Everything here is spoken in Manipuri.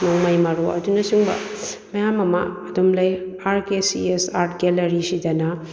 ꯅꯣꯡꯃꯩ ꯃꯔꯨ ꯑꯗꯨꯅ ꯆꯤꯡꯕ ꯃꯌꯥꯝ ꯑꯃ ꯑꯗꯨꯝ ꯂꯩ R K C S art ꯒꯦꯂꯔꯤꯁꯤꯗꯅ